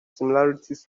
similarities